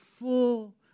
full